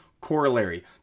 corollary